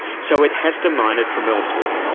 so it has to mine it from elsewhere.